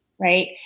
right